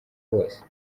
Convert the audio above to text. hose